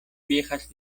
viejas